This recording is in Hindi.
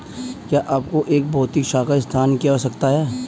क्या आपको एक भौतिक शाखा स्थान की आवश्यकता है?